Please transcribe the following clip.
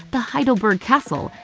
the heidelberg castle,